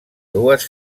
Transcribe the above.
dues